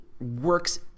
works